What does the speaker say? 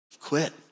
quit